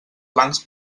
flancs